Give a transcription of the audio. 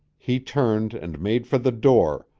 he turned and made for the door,